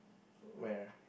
where